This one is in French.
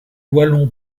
wallon